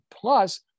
Plus